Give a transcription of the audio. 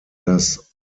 das